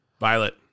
Violet